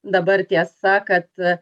dabar tiesa kad